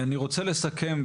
אני רוצה לסכם,